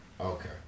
Okay